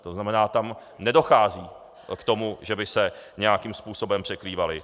To znamená, tam nedochází k tomu, že by se nějakým způsobem překrývali.